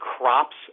crops